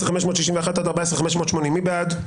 14,561 עד 14,580, מי בעד?